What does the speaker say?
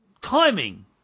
Timing